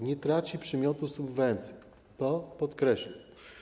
Nie traci ona przymiotu subwencji, to podkreślam.